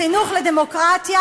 חינוך לדמוקרטיה?